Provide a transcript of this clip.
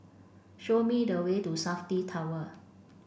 show me the way to SAFTI Tower